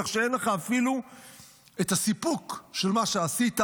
כך שאין לך אפילו את הסיפוק של מה שעשית.